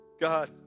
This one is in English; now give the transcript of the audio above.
God